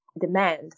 demand